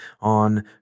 on